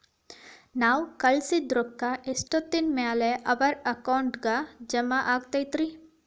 ನಾವು ಕಳಿಸಿದ್ ರೊಕ್ಕ ಎಷ್ಟೋತ್ತಿನ ಮ್ಯಾಲೆ ಅವರ ಅಕೌಂಟಗ್ ಜಮಾ ಆಕ್ಕೈತ್ರಿ?